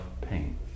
pain